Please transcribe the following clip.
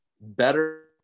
better